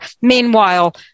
Meanwhile